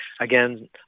Again